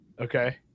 Okay